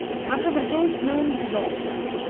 have the vessel turned northward.